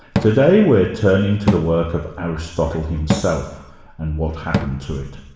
today, we're turning to the work of aristotle himself and what happened to it.